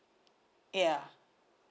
ya